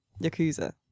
Yakuza